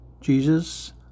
Jesus